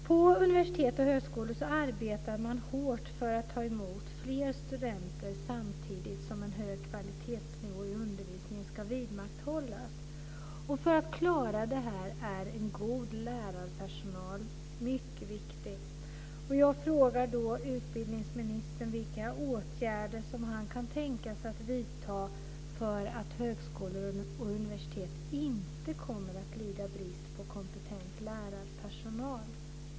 På universitet och högskolor arbetar man hårt för att ta emot fler studenter, samtidigt som en hög kvalitetsnivå i undervisningen ska vidmakthållas. För att klara detta är en god lärarpersonal mycket viktig. Jag frågar då utbildningsministern vilka åtgärder han kan tänka sig att vidta för att högskolor och universitet inte kommer att lida brist på kompetent lärarpersonal.